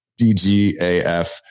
DGAF